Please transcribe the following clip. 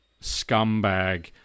scumbag